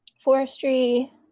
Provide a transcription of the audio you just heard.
forestry